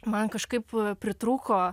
man kažkaip pritrūko